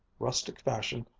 rustic fashion,